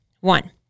One